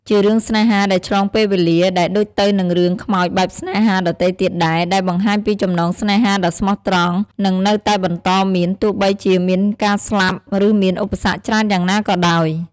ជារឿងស្នេហាដែលឆ្លងពេលវេលា ដែលដូចទៅនឹងរឿងខ្មោចបែបស្នេហាដទៃទៀតដែរ ដែលបង្ហាញពីចំណងស្នេហាដ៏ស្មោះត្រង់នឹងនៅតែបន្តមាន ទោះបីជាមានការស្លាប់ ឬមានឧបសគ្គច្រើនយ៉ាងណាក៏ដោយ។